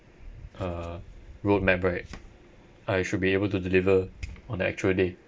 uh road map right I should be able to deliver on the actual day